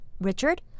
Richard